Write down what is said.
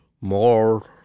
more